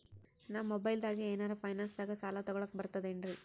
ನಾ ಮೊಬೈಲ್ದಾಗೆ ಏನರ ಫೈನಾನ್ಸದಾಗ ಸಾಲ ತೊಗೊಲಕ ಬರ್ತದೇನ್ರಿ?